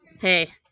Hey